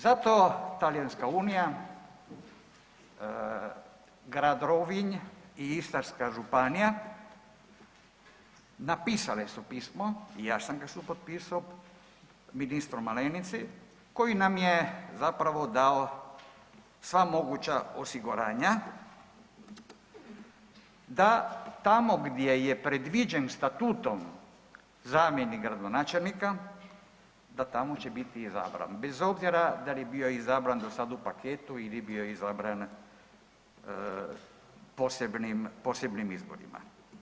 Zato talijanska Unija, grad Rovinj i Istarska županija napisale su pismo i ja sam ga supotpiso ministru Malenici koji nam je zapravo dao sva moguća osiguranja da tamo gdje je predviđen statutom zamjenik gradonačelnika da tamo će biti i izabran bez obzira dal je bio izabran do sad u paketu ili je bio izabran posebnim, posebnim izborima.